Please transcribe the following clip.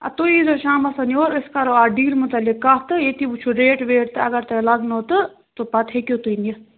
اَدٕ تُہۍ ییٖزیٚو شامَن یور أسۍ کَرو اَتھ ڈیٖل مُتعلِق کَتھ تہٕ ییٚتی وُچھو ریٹ ویٹ تہٕ اگر تۄہہِ لَگنو تہٕ پَتہٕ ہیٚکِو تُہۍ نِتھ